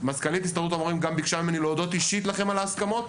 ומזכ"לית הסתדרות המורים ביקשה ממני להודות לכם אישית על ההסכמות,